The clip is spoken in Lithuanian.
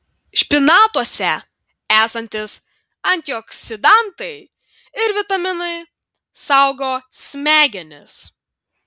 špinatuose esantys antioksidantai ir vitaminai saugo smegenis